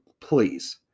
please